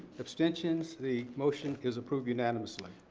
abstentions. the motions is approved unanimously.